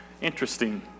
Interesting